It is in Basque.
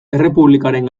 errepublikaren